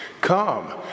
Come